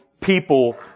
people